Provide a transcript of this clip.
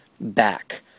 back